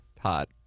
Hot